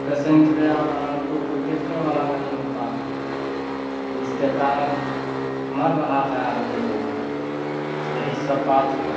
patient गया वहाँ उनको कोई देखने वाला नहीं होता है जिसके कारण मर रहा है आदमी लोग यही सब बात है